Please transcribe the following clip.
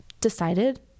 decided